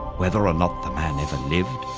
whether or not the man ever lived,